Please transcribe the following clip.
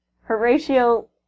Horatio